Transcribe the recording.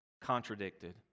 contradicted